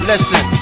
Listen